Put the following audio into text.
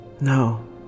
No